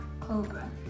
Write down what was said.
cobra